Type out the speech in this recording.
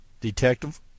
detective